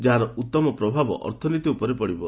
ଯାହାର ଉତ୍ତମ ପ୍ରଭାବ ଅର୍ଥନୀତି ଉପରେ ପଡ଼ିବ